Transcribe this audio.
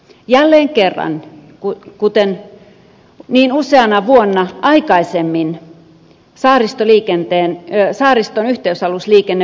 jälleen kerran kuten niin useana vuonna aikaisemmin saariston yhteysalusliikennepalveluille löydettiin lisärahoitus budjettikäsittelyssä